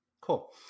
Cool